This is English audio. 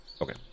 Okay